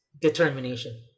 determination